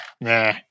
Nah